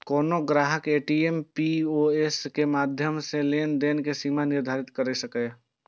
कोनो ग्राहक ATM, POS के माध्यम सं लेनदेन के सीमा निर्धारित कैर सकैए